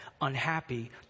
unhappy